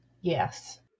Yes